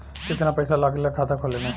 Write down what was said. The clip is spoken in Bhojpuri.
कितना पैसा लागेला खाता खोले में?